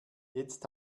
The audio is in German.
jetzt